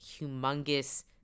humongous